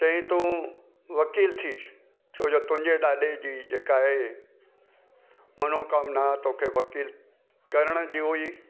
चयाईं तूं वकीलु थी छोजो तुंहिंजे ॾाॾे जी जेका आहे मनोकामना तोखे वकील करण जी हुई